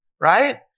Right